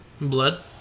Blood